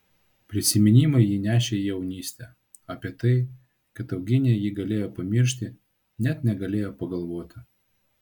prisiminimai jį nešė į jaunystę apie tai kad eugenija jį galėjo pamiršti net negalėjo pagalvoti